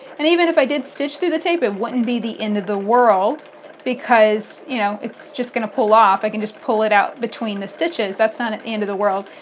and even if i did stitch through the tape it wouldn't be the end of the world because you know it's just going to pull off. i can just pull it out between the stitches. that's not the end of the world.